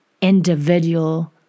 individual